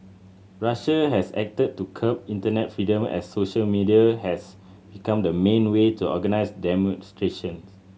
Russia has acted to curb internet freedom as social media has become the main way to organise demonstrations